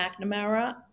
McNamara